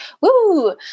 woo